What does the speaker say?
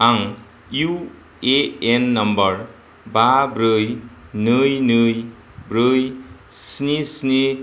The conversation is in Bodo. आं इउएएन नम्बर बा ब्रै नै नै ब्रै स्नि स्नि